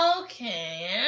Okay